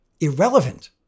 irrelevant